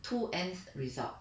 two ends result